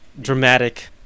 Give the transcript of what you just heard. dramatic